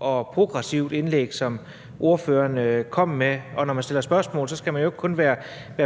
og progressivt indlæg, som ordføreren kom med, og når man stiller spørgsmål, skal man jo ikke kun være